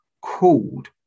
called